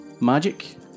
Magic